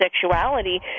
sexuality